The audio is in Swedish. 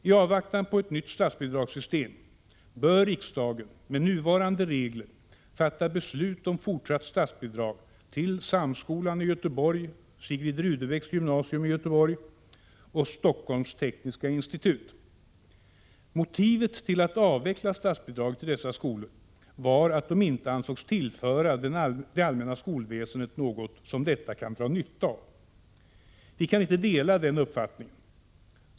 I avvaktan på ett nytt statsbidragssystem bör riksdagen enligt nuvarande regler fatta beslut om fortsatt statsbidrag till Samskolan i Göteborg, Sigrid Rudebecks gymnasium i Göteborg och Stockholms tekniska institut. Motivet till att avveckla statsbidraget till dessa skolor var att de inte ansågs tillföra det allmänna skolväsendet något som detta kan dra nytta av. Vi kan inte dela den uppfattningen.